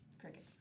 Crickets